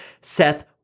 Seth